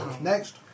Next